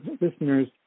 listeners